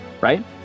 Right